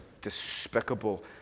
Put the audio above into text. despicable